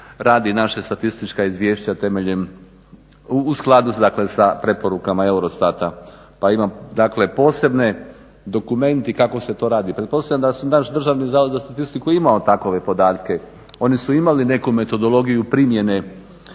radi naša statistička izvješća u skladu sa preporukama EUROSTAT-a, pa ima posebni dokumenti kako se to radi. Pretpostavljam da naš DZS imao takove podatke, oni su imali nekakvu metodologiju primjene